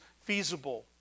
feasible